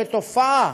כתופעה,